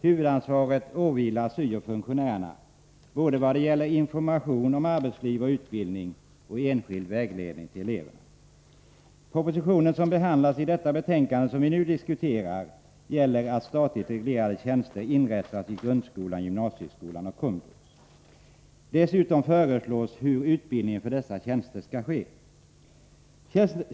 Huvudansvaret åvilar syo-funktionärerna både när det gäller information om arbetsliv och utbildning och när det gäller enskild vägledning till eleverna. Propositionen, som behandlas i det betänkande vi nu diskuterar, gäller att statligt reglerade tjänster inrättas i grundskolan, gymnasieskolan och Komvux. Dessutom föreslås hur utbildningen för dessa tjänster skall ske.